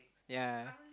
ya